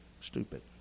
stupid